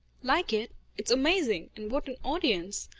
like it? it's amazing! and what an audience!